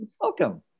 Welcome